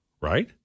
right